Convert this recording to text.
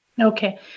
Okay